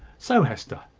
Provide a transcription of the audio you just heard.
so, hester,